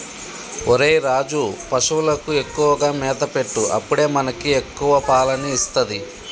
ఒరేయ్ రాజు, పశువులకు ఎక్కువగా మేత పెట్టు అప్పుడే మనకి ఎక్కువ పాలని ఇస్తది